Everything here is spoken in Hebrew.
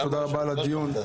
תודה רבה על הדיון,